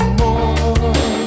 more